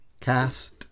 cast